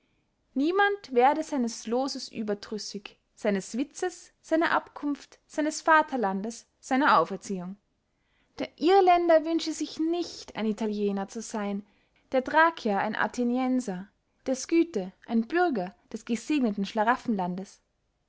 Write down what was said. niemand werde seines looses überdrüssig seines witzes seiner abkunft seines vaterlandes seiner auferziehung der irrländer wünsche sich nicht ein italiäner zu seyn der thracier ein athenienser der scythe ein bürger des gesegneten